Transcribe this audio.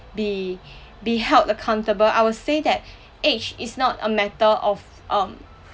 be be held accountable I would say that age is not a matter of um